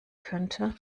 könnte